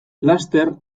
laster